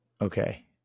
okay